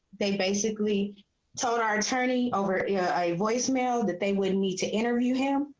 they basically told our attorney over yeah a voicemail that they wouldn't need to interview him.